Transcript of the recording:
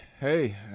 hey